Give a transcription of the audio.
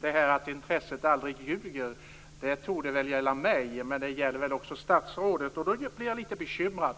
Detta att intresset aldrig ljuger torde gälla mig, men det gäller väl också statsrådet. Och då blir jag litet bekymrad.